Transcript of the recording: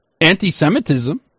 anti-Semitism